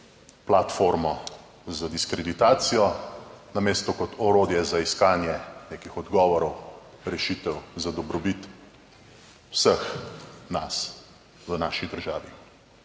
platformo za diskreditacijo, namesto kot orodje za iskanje nekih odgovorov, rešitev za dobrobit vseh nas v naši državi.